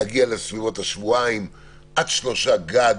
להגיע לסביבות השבועיים עד שלושה גג.